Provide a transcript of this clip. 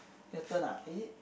your turn ah is it